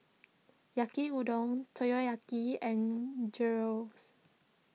Yaki Udon Takoyaki and Gyros